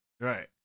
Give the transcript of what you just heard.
Right